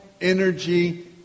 energy